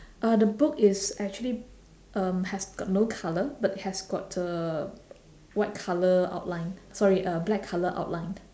uh the book is actually um has got no colour but has got a white colour outline sorry a black colour outline